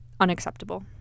Unacceptable